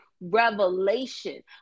revelation